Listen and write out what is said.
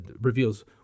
reveals